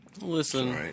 Listen